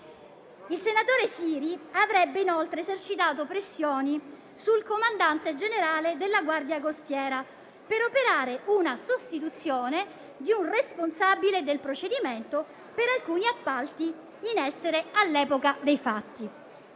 Il senatore Siri avrebbe inoltre esercitato pressioni sul comandante generale della Guardia costiera, per operare una sostituzione di un responsabile del procedimento per alcuni appalti in essere all'epoca dei fatti.